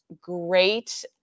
great